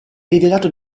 rivelato